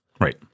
Right